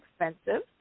expensive